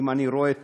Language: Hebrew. אם אני רואה טוב,